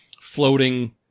floating